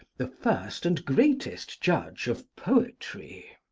the first and greatest judge of poetry.